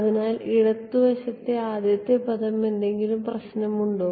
അതിനാൽ ഇടത് വശത്തെ ആദ്യ പദം എന്തെങ്കിലും പ്രശ്നമുണ്ടോ